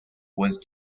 was